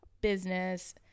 business